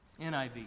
NIV